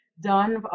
done